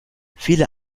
viele